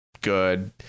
good